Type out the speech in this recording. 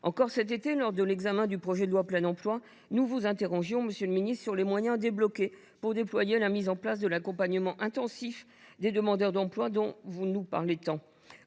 encore, lors de l’examen du projet de loi sur le plein emploi, nous vous interrogions, monsieur le ministre, sur les moyens qui seraient débloqués pour déployer la mise en place de l’accompagnement intensif des demandeurs d’emploi dont vous nous parlez tant.